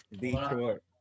Detroit